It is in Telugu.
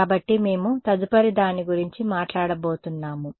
కాబట్టి మేము తదుపరి దాని గురించి మాట్లాడబోతున్నాము